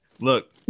Look